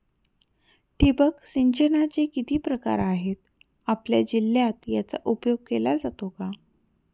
ठिबक सिंचनाचे किती प्रकार आहेत? आपल्या जिल्ह्यात याचा उपयोग केला जातो का?